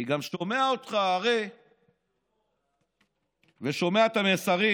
אני גם שומע אותך ושומע את המסרים